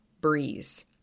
breeze